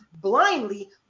blindly